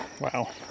Wow